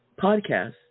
podcast